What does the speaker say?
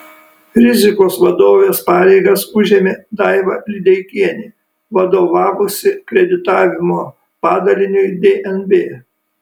rizikos vadovės pareigas užėmė daiva lideikienė vadovavusi kreditavimo padaliniui dnb